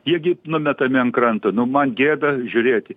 jie gi numetami ant kranto nu man gėda žiūrėti